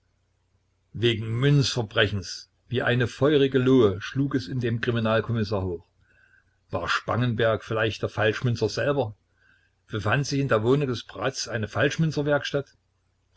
wegen münzverbrechens wie eine feurige lohe schlug es in dem kriminalkommissar hoch war spangenberg vielleicht der falschmünzer selber befand sich in der wohnung des bratz eine falschmünzerwerkstatt